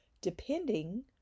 depending